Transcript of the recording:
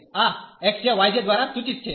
આ xj yj દ્વારા સૂચિત છે